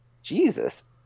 Jesus